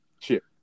Chip